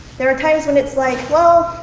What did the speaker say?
there are times when it's like, well,